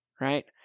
right